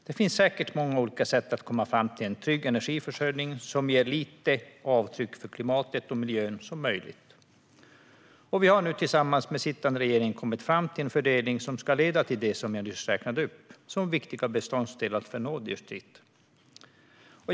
Det finns säkert många olika sätt att komma fram till en trygg energiförsörjning som ger så lite avtryck på klimatet och miljön som möjligt, och vi har nu tillsammans med sittande regering kommit fram till en fördelning som ska leda till det som jag nyss räknade upp som viktiga beståndsdelar för att nå dit på sikt.